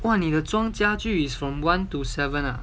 哇你的装家具 is from one to seven ah